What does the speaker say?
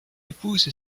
épouse